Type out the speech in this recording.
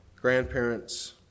grandparents